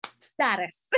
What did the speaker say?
status